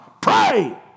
Pray